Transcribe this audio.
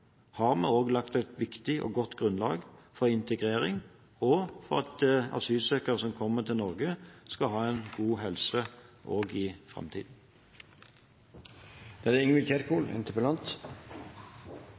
har vi også lagt et viktig og godt grunnlag for integrering og for at asylsøkere som kommer til Norge, skal ha en god helse også i framtiden. Jeg vil takke statsråden for det